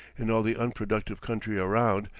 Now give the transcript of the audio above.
in all the unproductive country around,